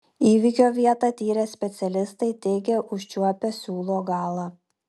įvykio vietą tyrę specialistai teigia užčiuopę siūlo galą